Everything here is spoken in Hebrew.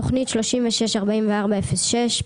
תוכנית 364406,